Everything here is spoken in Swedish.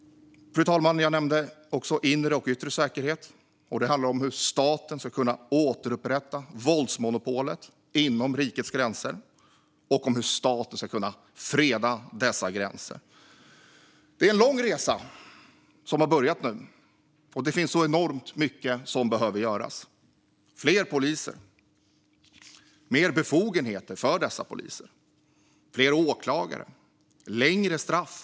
Fru talman! Jag nämnde också inre och yttre säkerhet. Det handlar om hur staten ska kunna återupprätta våldsmonopolet inom rikets gränser och om hur staten ska kunna freda dessa gränser. Det är en lång resa som har börjat nu, och det finns enormt mycket som behöver göras: fler poliser, mer befogenheter för dessa poliser, fler åklagare och längre straff.